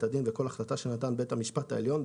הדין וכל החלטה שנתן בית המשפט העליון,